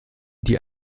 die